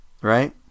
right